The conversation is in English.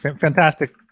fantastic